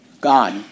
God